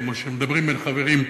כמו שמדברים בין חברים,